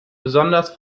besonders